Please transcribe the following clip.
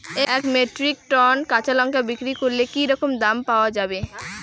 এক metric tonne কাঁচা লঙ্কা বিক্রি করলে কি রকম দাম পাওয়া যাবে?